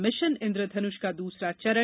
mission Indradhanush का दूसरा चरण